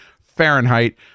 fahrenheit